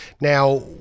Now